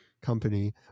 company